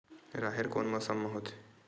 राहेर कोन मौसम मा होथे?